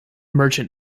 merchant